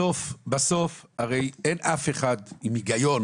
בסוף הרי אין אף אחד עם היגיון,